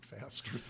faster